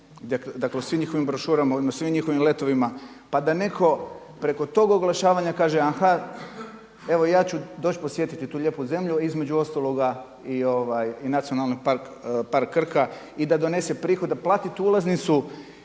dakle u svim njihovim brošurama i na svim njihovim letovima. Pa da netko preko tog oglašavanja kaže a ha, evo ja ću doći podsjetiti tu lijepu zemlju, između ostaloga i Nacionalni park Krka i da donese prihod da plati tu ulaznicu